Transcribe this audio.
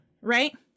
right